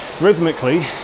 rhythmically